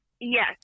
Yes